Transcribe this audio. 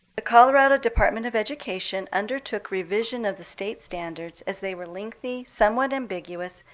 the colorado department of education undertook revision of the state standards as they were lengthy, somewhat ambiguous,